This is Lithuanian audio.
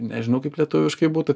nežinau kaip lietuviškai būtų